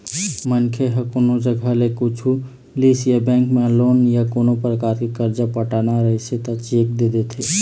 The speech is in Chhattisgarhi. मनखे ह कोनो जघा ले कुछु लिस या बेंक म लोन या कोनो परकार के करजा पटाना रहिस त चेक दे देथे